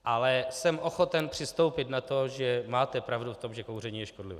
Ale jsem ochoten přistoupit na to, že máte pravdu v tom, že kouření je škodlivé.